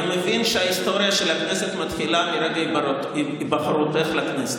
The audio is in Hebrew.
אני מבין שההיסטוריה של הכנסת מתחילה מרגע היבחרותך לכנסת.